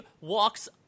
walks